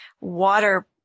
water